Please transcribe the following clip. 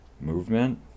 movement